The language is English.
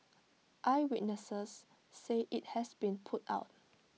eyewitnesses say IT has been put out